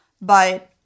But-